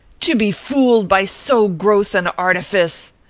to be fooled by so gross an artifice!